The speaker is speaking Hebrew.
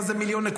מה זה 1.2 מיליון?